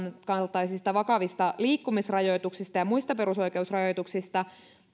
kaltaisista vakavista liikkumisrajoituksista ja muista perusoikeusrajoituksista